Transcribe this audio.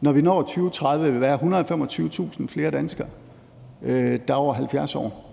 når vi når 2030, vil være 125.000 flere danskere, der er over 70 år.